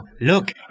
look